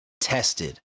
tested